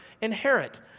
inherit